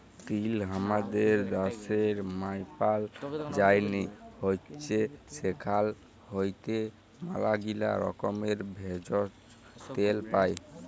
তিল হামাদের ড্যাশের মায়পাল যায়নি হৈচ্যে সেখাল হইতে ম্যালাগীলা রকমের ভেষজ, তেল পাই